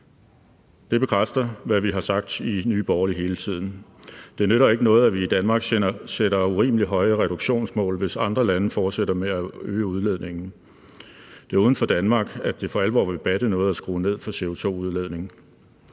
Det bekræfter, hvad vi har sagt i Nye Borgerlige hele tiden: Det nytter ikke noget, at vi i Danmark sætter urimelig høje reduktionsmål, hvis andre lande fortsætter med at øge udledningen. Det er uden for Danmark, at det for alvor ville batte noget at skrue ned for CO2-udledning.